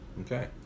okay